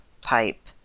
pipe